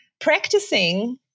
practicing